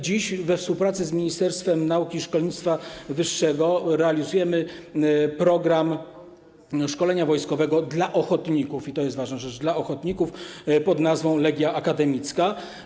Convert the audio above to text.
Dziś we współpracy z Ministerstwem Nauki i Szkolnictwa Wyższego realizujemy program szkolenia wojskowego dla ochotników - i to jest ważna rzecz - pn. „Legia akademicka”